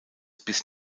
bis